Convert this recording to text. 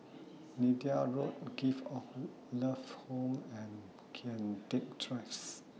Neythai Road Gift of Love Home and Kian Teck Drives